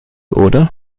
oder